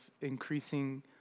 increasing